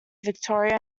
victoria